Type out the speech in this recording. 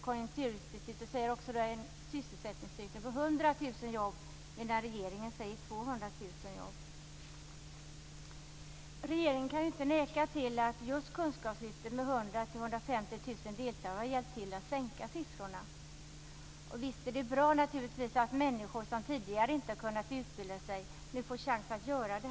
Konjunkturinstitutet säger att det kommer att bli en sysselsättningsökning med 100 000 jobb, medan regeringen säger 200 000 jobb. Regeringen kan inte neka till att just kunskapslyftet med 100 000-150 000 deltagare har hjälpt till att minska siffrorna. Visst är det bra att människor som tidigare inte har kunnat utbilda sig nu får chans att göra det.